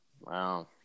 Wow